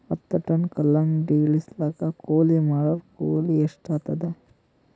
ಹತ್ತ ಟನ್ ಕಲ್ಲಂಗಡಿ ಇಳಿಸಲಾಕ ಕೂಲಿ ಮಾಡೊರ ಕೂಲಿ ಎಷ್ಟಾತಾದ?